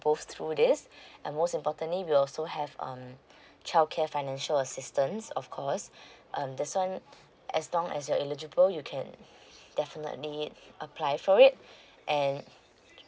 go through this I'm most importantly will also have um childcare financial assistance of course um this one um as long as you're illegible you can definitely it apply for it and